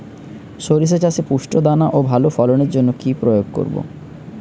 শরিষা চাষে পুষ্ট দানা ও ভালো ফলনের জন্য কি প্রয়োগ করব?